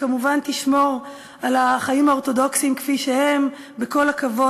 שכמובן תשמור על החיים האורתודוקסיים כפי שהם בכל הכבוד,